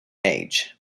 age